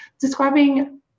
describing